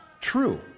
true